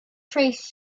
trace